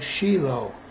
Shiloh